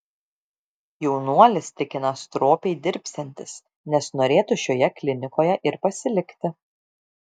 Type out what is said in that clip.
jaunuolis tikina stropiai dirbsiantis nes norėtų šioje klinikoje ir pasilikti